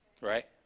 right